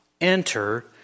enter